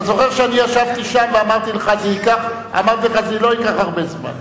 אתה זוכר שאני ישבתי שם ואמרתי: זה לא ייקח הרבה זמן?